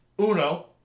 Uno